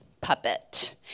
puppet